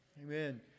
Amen